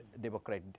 Democrat